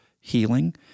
healing